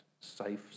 safe